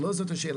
אבל לא זאת השאלה,